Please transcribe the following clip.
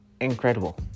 incredible